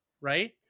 right